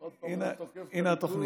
עוד פעם אתה תוקף את הליכוד?